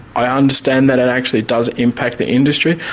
i understand that it actually does impact the industry,